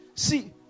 see